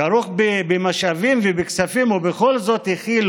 כרוך במשאבים ובכספים, ובכל זאת החילו